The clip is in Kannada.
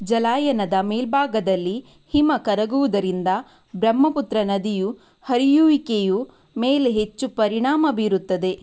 ಜಲಾನಯನದ ಮೇಲ್ಭಾಗದಲ್ಲಿ ಹಿಮ ಕರಗುವುದರಿಂದ ಬ್ರಹ್ಮಪುತ್ರ ನದಿಯ ಹರಿಯುವಿಕೆಯ ಮೇಲೆ ಹೆಚ್ಚು ಪರಿಣಾಮ ಬೀರುತ್ತದೆ